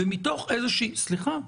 סליחה,